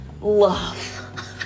love